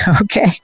Okay